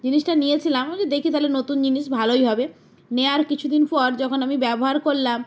জিনিসটা নিয়েছিলাম আমি বলি দেখি থালে নতুন জিনিস ভালোই হবে নেওয়ার কিছু দিন পর যখন আমি ব্যবহার করলাম